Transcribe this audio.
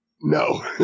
No